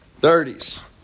30s